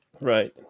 Right